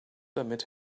damit